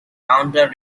counter